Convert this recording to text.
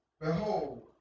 Behold